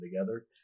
together